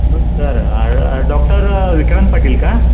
नमस्कार डॉक्टर विक्रांत पाटील का